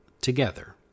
together